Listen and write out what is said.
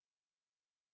oh okay